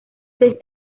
seis